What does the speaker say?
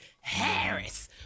Harris